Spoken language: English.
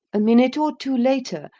a minute or two later,